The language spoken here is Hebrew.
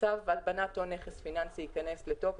צו הלבנת הון נכס פיננסי ייכנס לתוקף,